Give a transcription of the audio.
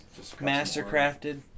Mastercrafted